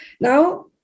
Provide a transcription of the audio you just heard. now